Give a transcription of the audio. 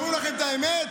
להגיד "עם הארץ"?